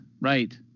right